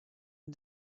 and